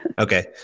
Okay